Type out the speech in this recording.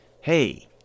hey